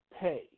pay